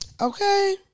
Okay